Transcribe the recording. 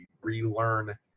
relearn